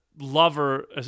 lover